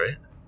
right